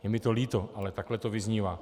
Je mi to líto, ale takhle to vyznívá.